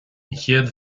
chéad